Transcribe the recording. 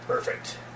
Perfect